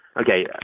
Okay